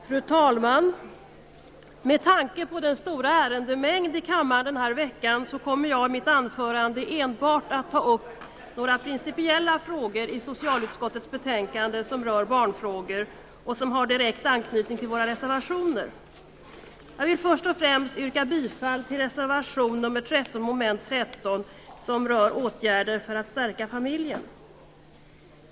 Fru talman! Med tanke på den stora ärendemängden i kammaren den här veckan kommer jag i mitt anförande enbart att ta upp några principiella frågor i socialutskottets betänkande som rör barnfrågor och som har direkt anknytning till våra reservationer. Jag vill först och främst yrka bifall till reservation nr 13, mom. 13, som rör åtgärder för att stärka familjen.